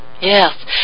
Yes